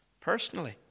personally